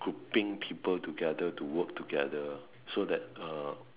grouping people together to work together so that uh